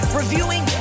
reviewing